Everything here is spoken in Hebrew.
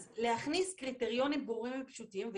אז להכניס קריטריונים ברורים ופשוטים.